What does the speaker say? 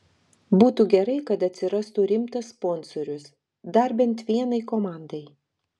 būtų gerai kad atsirastų rimtas sponsorius dar bent vienai komandai